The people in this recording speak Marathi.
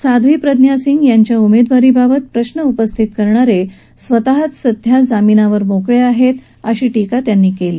साध्वी प्रज्ञासिंग यांच्या उमेदवारीबाबत प्रश्न उपस्थित करणारे स्वतःच सध्या जामीनावर मोकळे आहेत असं ते म्हणाले